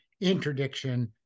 interdiction